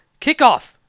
Kickoff